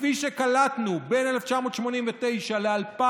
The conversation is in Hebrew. כפי שקלטנו בין 1989 ל-2000,